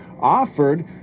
offered